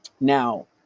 Now